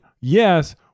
yes